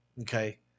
okay